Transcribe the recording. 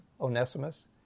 Onesimus